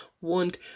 want